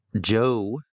Joe